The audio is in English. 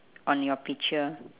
on your picture